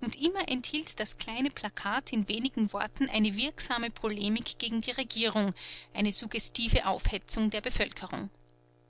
und immer enthielt das kleine plakat in wenigen worten eine wirksame polemik gegen die regierung eine suggestive aufhetzung der bevölkerung